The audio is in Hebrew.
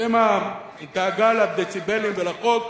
בשם הדאגה לדציבלים ולחוק,